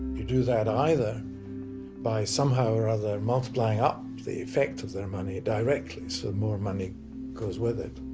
you do that either by somehow or other multiplying up the effect of their money directly so more money goes with it